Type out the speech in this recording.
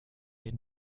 den